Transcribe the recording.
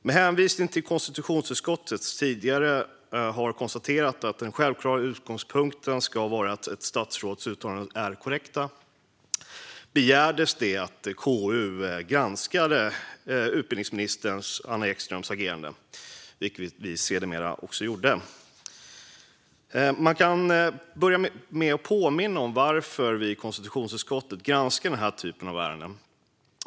Med hänvisning till att konstitutionsutskottet tidigare har konstaterat att den självklara utgångspunkten ska vara att ett statsråds uttalanden är korrekta begärdes det att KU skulle granska utbildningsminister Anna Ekströms agerande, vilket vi sedermera gjorde. Man kan börja med att påminna om varför vi i konstitutionsutskottet granskar den här typen av ärenden.